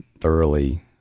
thoroughly